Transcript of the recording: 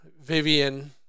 Vivian